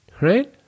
right